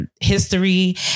history